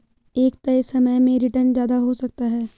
एक तय समय में रीटर्न ज्यादा हो सकता है